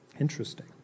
Interesting